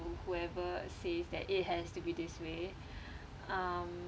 whoever says that it has to be this way um